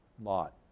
Lot